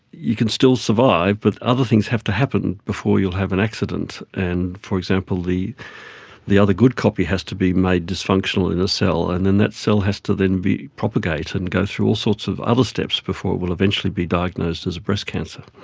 you can still survive but other things have to happen before you will have an accident. and for example, the the other good copy has to be made dysfunctional in a cell and then that cell has to then be propagated and go through all sorts of other steps before it will eventually be diagnosed as breast cancer.